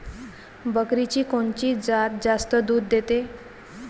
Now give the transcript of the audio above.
बकरीची कोनची जात जास्त दूध देते?